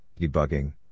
debugging